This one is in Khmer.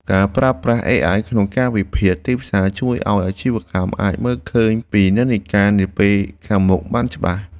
ការប្រើប្រាស់អេអាយក្នុងការវិភាគទីផ្សារជួយឱ្យអាជីវកម្មអាចមើលឃើញពីនិន្នាការនាពេលខាងមុខបានច្បាស់។